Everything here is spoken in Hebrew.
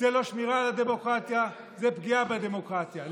זאת לא שמירה על הדמוקרטיה, זאת פגיעה בדמוקרטיה.